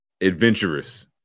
adventurous